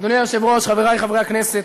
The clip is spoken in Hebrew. אדוני היושב-ראש, חברי חברי הכנסת,